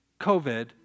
COVID